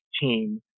team